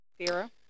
Vera